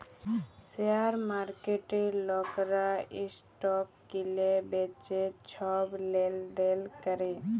share মার্কেটে লকরা stock কিলে বিঁচে ছব লেলদেল ক্যরে